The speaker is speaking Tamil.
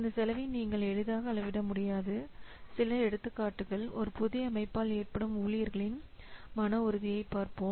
இந்த செலவை நீங்கள் எளிதாக அளவிட முடியாது சில எடுத்துக்காட்டுகள் ஒரு புதிய அமைப்பால் ஏற்படும் ஊழியர்களின் மன உறுதியைப் பார்ப்போம்